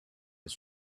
has